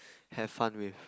have fun with